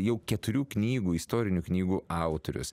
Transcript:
jau keturių knygų istorinių knygų autorius